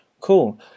Cool